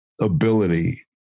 ability